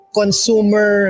consumer